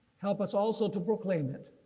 help us also to proclaim it,